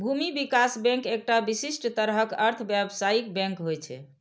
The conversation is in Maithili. भूमि विकास बैंक एकटा विशिष्ट तरहक अर्ध व्यावसायिक बैंक होइ छै